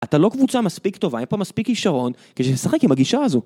אתה לא קבוצה מספיק טובה, אין פה מספיק כישרון, כדי לשחק עם הגישה הזו.